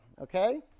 Okay